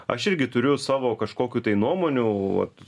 aš irgi turiu savo kažkokių tai nuomonių vat